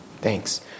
thanks